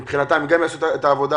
גם הם יעשו את העבודה.